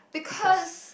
because